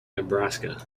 nebraska